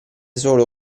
solo